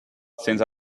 since